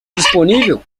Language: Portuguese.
disponível